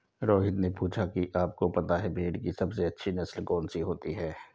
रोहित ने पूछा कि आप को पता है भेड़ की सबसे अच्छी नस्ल कौन सी होती है?